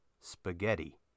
spaghetti